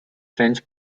french